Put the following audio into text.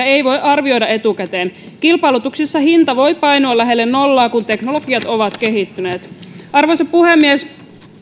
ei voi arvioida etukäteen kilpailutuksissa hinta voi painua lähelle nollaa kun teknologiat ovat kehittyneet arvoisa puhemies